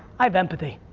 i have empathy.